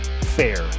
fair